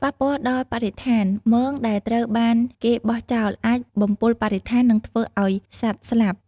ប៉ះពាល់ដល់បរិស្ថាន មងដែលត្រូវបានគេបោះចោលអាចបំពុលបរិស្ថាននិងធ្វើឲ្យសត្វស្លាប់។